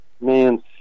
Man